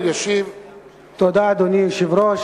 אדוני היושב-ראש,